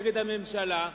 נגד הממשלה,